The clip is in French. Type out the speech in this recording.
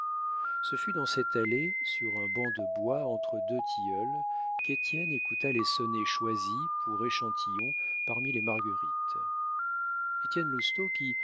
ce fut dans cette allée sur un banc de bois entre deux tilleuls qu'étienne écouta les sonnets choisis pour échantillons parmi les marguerites